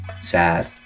sad